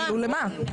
למה?